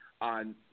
on